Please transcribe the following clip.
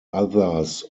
others